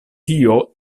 tio